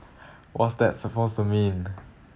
what's that supposed to mean